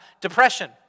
depression